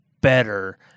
better